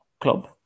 club